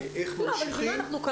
וגם אם לילד עם צרכים מיוחדים.